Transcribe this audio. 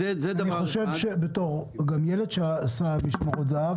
בתור ילד שעשה משמרות זה"ב,